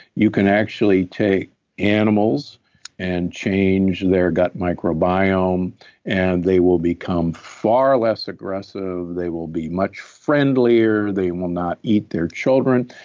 you can actually take animals and change their gut microbiome and they will become far less aggressive, they will be much friendlier, they will not eat their children.